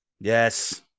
Yes